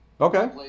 Okay